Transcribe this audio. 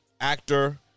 actor